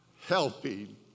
helping